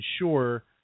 ensure